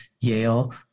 Yale